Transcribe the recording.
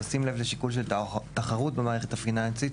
ובשים לב לשיקול של תחרות במערכת הפיננסית,